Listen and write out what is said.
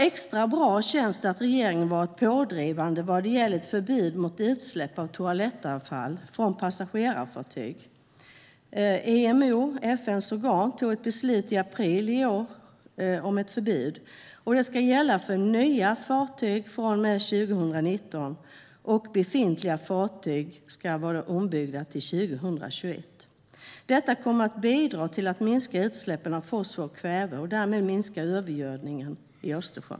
Extra bra känns det att regeringen har varit pådrivande vad gäller ett förbud mot utsläpp av toalettavfall från passagerarfartyg. FN:s organ IMO fattade ett beslut i april i år om ett förbud. Det ska gälla för nya fartyg från och med 2019. Befintliga fartyg ska vara ombyggda till 2021. Detta kommer att bidra till att minska utsläppen av fosfor och kväve och därmed minska övergödningen i Östersjön.